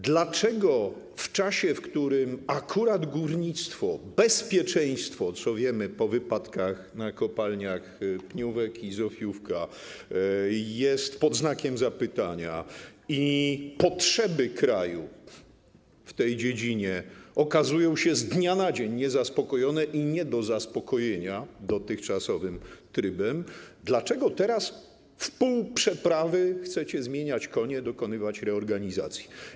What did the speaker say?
Dlaczego w czasie, kiedy akurat górnictwo, bezpieczeństwo - co wiemy po wypadkach na kopalniach Pniówek i Zofiówka - jest pod znakiem zapytania i potrzeby kraju w tej dziedzinie okazują się z dnia na dzień niezaspokojone i nie do zaspokojenia dotychczasowym trybem, dlaczego teraz, w pół przeprawy chcecie zmieniać konie, dokonywać reorganizacji?